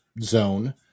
zone